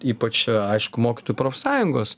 ypač aišku mokytojų profsąjungos